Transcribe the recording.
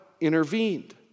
intervened